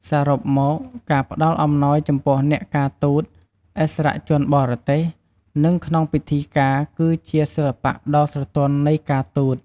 សរុបមក ការផ្តល់អំណោយចំពោះអ្នកការទូត ឥស្សរជនបរទេស និងក្នុងពិធីការ គឺជា សិល្បៈដ៏ស្រទន់នៃការទូត។